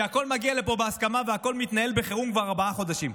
כשהכול מגיע לפה בהסכמה והכול מתנהל בחירום כבר ארבעה חודשים?